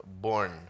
Born